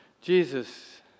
Jesus